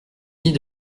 dit